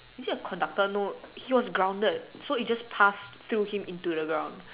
is it a conductor no he was grounded so it just passed through him into the ground